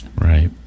right